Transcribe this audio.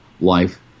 life